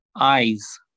Eyes